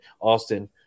Austin